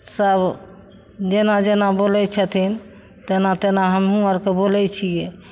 सब जेना जेना बोलय छथिन तेना तेना हमहूँ अरके बोलय छियै